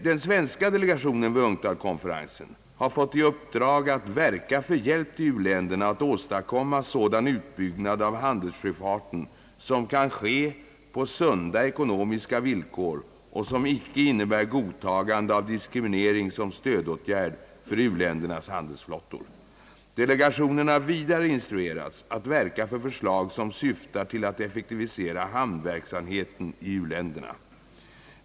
Den svenska delegationen vid UNC TAD-konferensen har fått i uppdrag att verka för hjälp till u-länderna att åstadkomma sådan utbyggnad av handelssjöfarten som kan ske på sunda ekonomiska villkor och som icke innebär godtagande av diskriminering som stödåtgärd för u-ländernas handelsflottor. Delegationen har vidare instruerats att verka för förslag som syftar till att effektivisera hamnverksamheten i u-länderna.